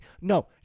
No